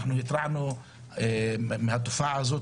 בשנים האחרונות התרענו רבות על התופעה הזאת,